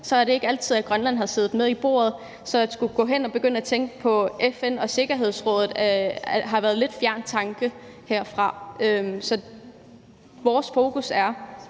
er det ikke altid, at Grønland har siddet med ved bordet. Så at skulle gå hen og begynde at tænke på FN's Sikkerhedsråd har været en lidt fjern tanke herfra. Så vores fokus er,